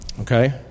okay